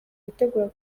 yitegura